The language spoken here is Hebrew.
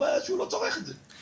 הבעיה שהוא לא צורך את זה,